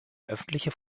öffentliche